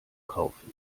kaufen